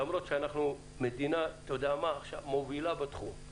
אתה יודע מה, למרות שאנחנו מדינה מובילה בתחום.